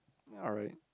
alright